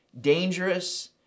dangerous